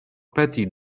peti